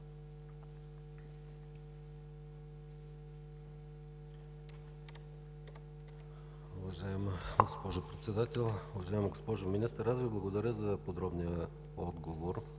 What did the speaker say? Уважаема госпожо Председател! Уважаема госпожо Министър, аз Ви благодаря за подробния отговор.